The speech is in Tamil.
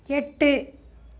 எட்டு